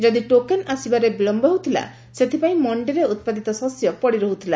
ଯଦି ଟୋକୋନ ଆସିବାକୁ ବିଳମ୍ୟ ହେଉଥିଲା ସେଥିପାଇଁ ମଣ୍ଡିରେ ଉତ୍ପାଦିତ ଶସ୍ୟ ପଡି ନଷ୍ଟ ହେଉଥିଲା